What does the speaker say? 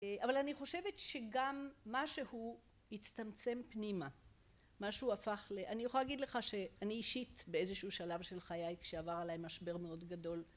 אבל אני חושבת שגם משהו הצטמצם פנימה, משהו הפך ל... אני יכולה להגיד לך שאני אישית באיזשהו שלב של חיי כשעבר עלי משבר מאוד גדול